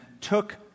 took